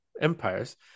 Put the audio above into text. empires